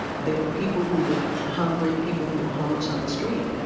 ah there were people who were hungry, people who were homeless on the street.